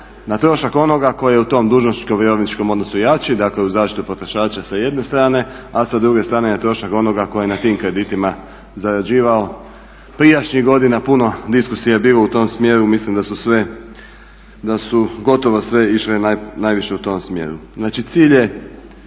Na trošak onoga tko je u tom dužničkom vjerovničkom odnosu jači, dakle u zaštiti potrošača s jedne strane, a sa druge strane je trošak onoga koji je na tim kreditima zarađivao prijašnjih godina puno diskusija je bilo u tom smjeru. Mislim da su sve, da su gotovo sve išle najviše u tom smjeru.